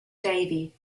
davy